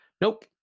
Nope